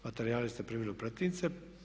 Materijale ste primili u pretince.